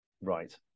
right